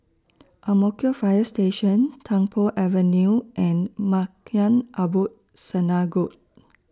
Ang Mo Kio Fire Station Tung Po Avenue and Maghain Aboth Synagogue